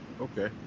Okay